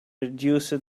reduced